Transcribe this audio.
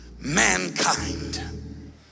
mankind